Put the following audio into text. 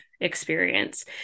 experience